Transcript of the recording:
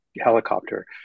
helicopter